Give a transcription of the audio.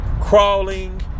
crawling